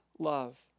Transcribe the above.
love